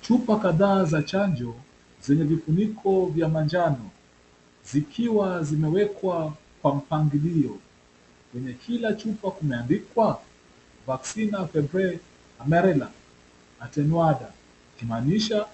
Chupa kadhaa za chanjo zenye vifuniko vya manjano zikiwa zimewekwa kwa mpangilio, kwenye kila chupa kumeandiwa vacina febre amarela atenuada ikimaanisha